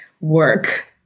work